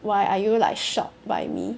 why are you like shocked by me